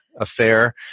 affair